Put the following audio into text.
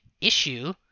issue